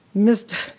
mr.